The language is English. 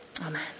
Amen